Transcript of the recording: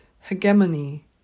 hegemony